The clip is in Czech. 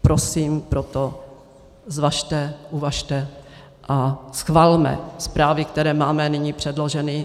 Prosím, proto zvažte, uvažte a schvalme zprávy, které máme nyní předloženy.